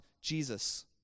Jesus